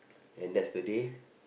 and that's the day